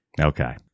Okay